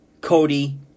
Cody